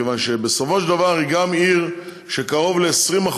מכיוון שבסופו של דבר היא גם עיר שקרוב ל-20%